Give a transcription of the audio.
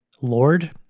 Lord